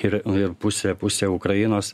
ir pusė pusę ukrainos